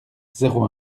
zéro